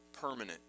permanent